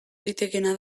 litekeena